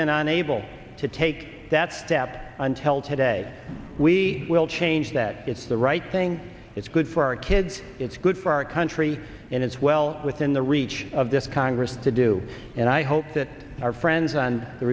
been unable to take that step until today we will change that it's the right thing it's good for our kids it's good for our country and it's well within the reach of this congress to do and i hope that our friends on the